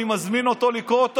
אני מזמין אותו לקרוא,